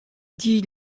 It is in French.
dix